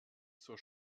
zur